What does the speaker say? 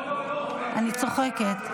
--- אני צוחקת.